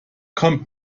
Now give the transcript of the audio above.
kommt